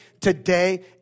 today